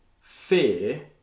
Fear